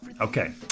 Okay